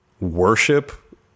worship